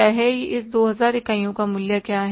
इस 2000 इकाइयों का मूल्य क्या है